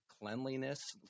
cleanliness